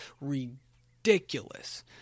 ridiculous